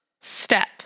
step